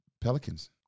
Pelicans